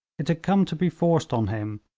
it had come to be forced on him,